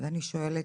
ואני שואלת: